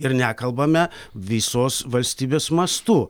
ir nekalbame visos valstybės mastu